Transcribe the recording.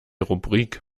rubrik